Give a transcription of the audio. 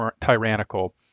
tyrannical